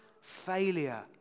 failure